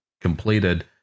completed